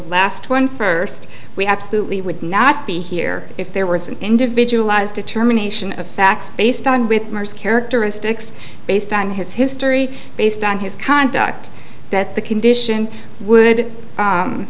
last one first we absolutely would not be here if there was an individualized determination of facts based on with murs characteristics based on his history based on his conduct that the condition would